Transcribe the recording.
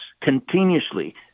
continuously